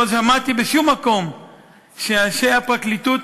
לא שמעתי בשום מקום שאנשי הפרקליטות